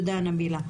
נבילה.